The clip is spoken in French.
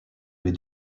les